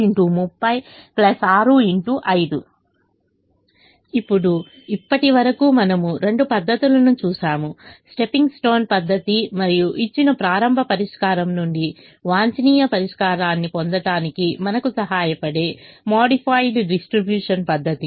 ఇప్పుడు ఇప్పటివరకు మనము రెండు పద్ధతులను చూశాము స్టెప్పింగ్ స్టోన్ పద్ధతి మరియు ఇచ్చిన ప్రారంభ పరిష్కారం నుండి వాంఛనీయ పరిష్కారాన్ని పొందడానికి మనకు సహాయపడే మోడిఫైడ్ డిస్ట్రిబ్యూషన్ పద్ధతి